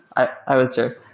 ah i was sure.